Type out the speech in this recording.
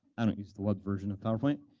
i don't use the web version of powerpoint.